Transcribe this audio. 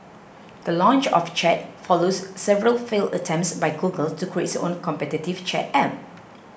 the launch of Chat follows several failed attempts by Google to create its own competitive chat app